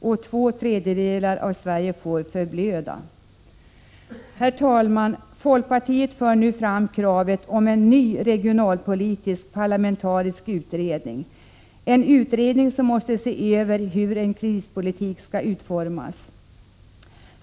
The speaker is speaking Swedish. Två tredjedelar av Sverige får förblöda. Herr talman! Folkpartiet för nu fram kravet på en ny regionalpolitisk parlamentarisk utredning, en utredning som måste se över hur en krispolitik skall utformas.